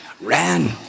ran